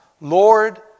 Lord